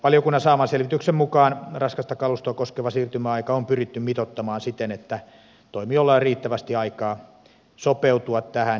valiokunnan saaman selvityksen mukaan raskasta kalustoa koskeva siirtymäaika on pyritty mitoittamaan siten että toimijoilla on riittävästi aikaa sopeutua tähän